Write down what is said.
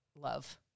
love